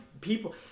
people